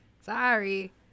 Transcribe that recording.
sorry